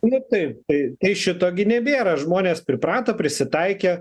nu taip tai tai šito gi nebėra žmonės priprato prisitaikė